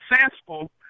successful